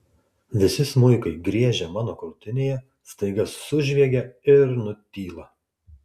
visi smuikai griežę mano krūtinėje staiga sužviegia ir nutyla